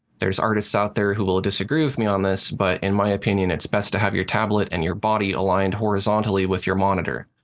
there are artists out there who will disagree with me on this, but in my opinion, it's best to have your tablet and your body aligned horizontally with your monitor.